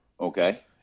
Okay